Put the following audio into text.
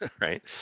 right